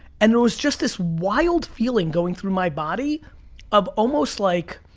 and there was just this wild feeling going through my body of almost like,